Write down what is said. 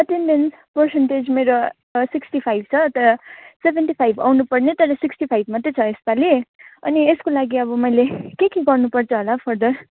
attendance percentage मेरो sixty five छ त सेभेन्टी फाइभ आउनुपर्ने तर सिक्स्टी फाइभ मात्रै छ यसपालि अनि यसको लागि अब मैले के के गर्नुपर्छ होला फर्दर